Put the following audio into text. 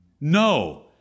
No